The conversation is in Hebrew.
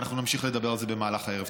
ואנחנו נמשיך לדבר על זה במהלך הערב.